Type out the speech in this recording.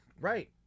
Right